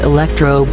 Electro